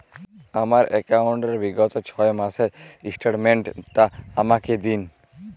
আমার অ্যাকাউন্ট র বিগত ছয় মাসের স্টেটমেন্ট টা আমাকে দিন?